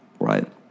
right